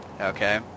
Okay